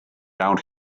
out